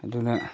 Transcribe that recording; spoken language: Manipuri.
ꯑꯗꯨꯅ